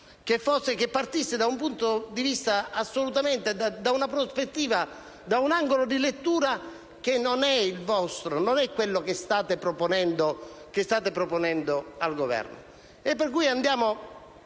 che partisse da un punto di vista, da una prospettiva, da un angolo di lettura che non è il vostro e non è quello che state proponendo al Governo.